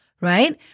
right